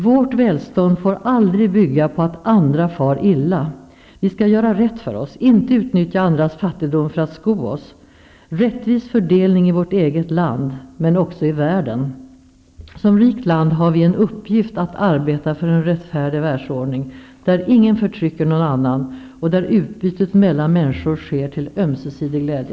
Vårt välstånd får aldrig bygga på att andra far illa. Vi skall göra rätt för oss, inte utnyttja andras fattigdom för att sko oss. Det skall vara rättvis fördelning i vårt eget land, men också ute i världen. Som rikt land har vi en uppgift att arbeta för en rättfärdig världsordning, där ingen förtrycker någon och där utbytet mellan människor sker till ömsesidig glädje.